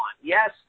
Yes